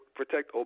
protect